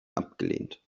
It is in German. abgelehnt